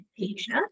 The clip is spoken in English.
Asia